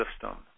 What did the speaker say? system